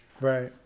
Right